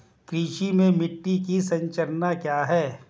कृषि में मिट्टी की संरचना क्या है?